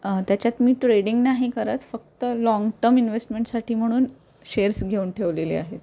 त्याच्यात मी ट्रेडिंग नाही करत फक्त लाँगटम इन्व्हेस्टमेंटसाठी म्हणून शेअर्स घेऊन ठेवलेले आहेत